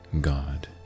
God